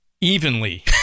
evenly